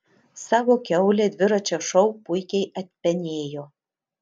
savo kiaulę dviračio šou puikiai atpenėjo